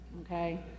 okay